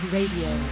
Radio